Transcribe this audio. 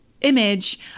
image